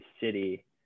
city